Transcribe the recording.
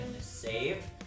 save